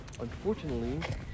Unfortunately